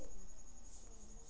national pension system एकदम शोझ हइ